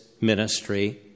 ministry